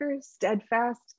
steadfast